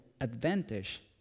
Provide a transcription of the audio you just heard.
advantage